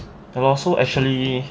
ya lor so actually